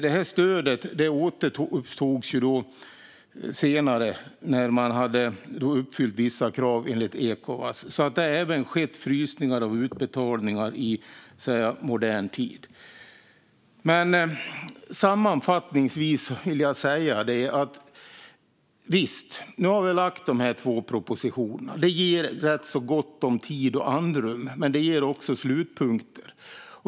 Det här stödet återupptogs senare, när Mali hade uppfyllt vissa krav enligt Ecowas. Det har alltså skett frysningar av utbetalningar även i modern tid. Sammanfattningsvis vill jag säga att visst, nu har vi lagt fram dessa två propositioner. Det ger rätt så gott om tid och andrum, men det ger också slutpunkter.